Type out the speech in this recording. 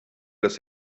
sus